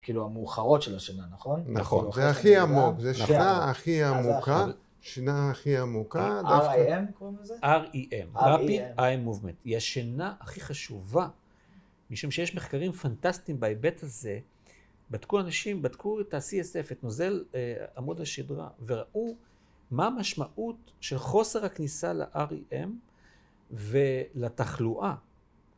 כאילו, המאוחרות של השינה, נכון? נכון. זה הכי עמוק, זה שינה הכי עמוקה. שינה הכי עמוקה, דווקא. R.E.M. קוראים לזה? R.E.M. rapid eye movement. היא השינה הכי חשובה, משום שיש מחקרים פנטסטיים בהיבט הזה. בדקו אנשים, בדקו את ה-CSF, את נוזל עמוד השדרה, וראו מה המשמעות של חוסר הכניסה ל-R.E.M. ולתחלואה.